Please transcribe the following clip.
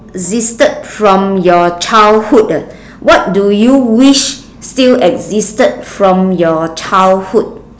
existed from your childhood ah what do you wish still existed from your childhood